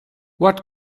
what